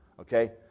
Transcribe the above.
Okay